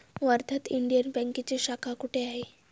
वर्ध्यात इंडियन बँकेची शाखा कुठे आहे?